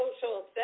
social